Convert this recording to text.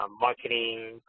marketing